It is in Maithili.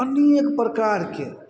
अनेक प्रकारके